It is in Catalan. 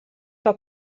que